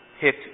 hit